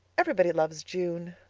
everything loves june.